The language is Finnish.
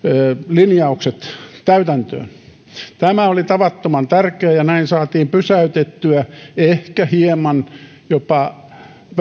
linjaukset täytäntöön tämä oli tavattoman tärkeää ja näin saatiin pysäytettyä ehkä hieman jopa